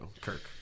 Kirk